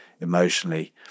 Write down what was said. emotionally